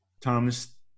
Thomas